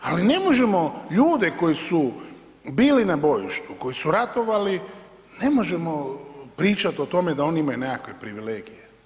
Ali ne možemo ljudi koji su bili na bojištu, koji su ratovali, ne možemo pričati o tome da oni imaju nekakve privilegije.